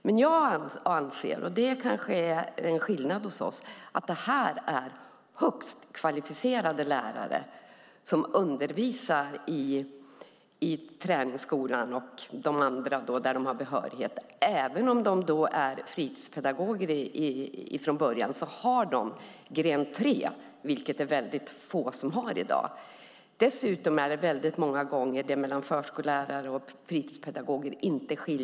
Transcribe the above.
Men jag anser - det är kanske en skillnad mellan oss - att detta är högst kvalificerade lärare som undervisar i träningsskolan och i andra skolor där de har behörighet. Även om de är fritidspedagoger från början har de gått gren 3, vilket det är få i dag som har gjort. Dessutom skiljer det många gånger inte mer än någon poäng mellan förskollärare och fritidspedagoger.